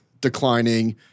declining